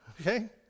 Okay